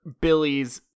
Billy's